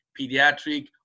pediatric